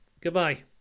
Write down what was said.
Goodbye